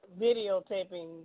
videotaping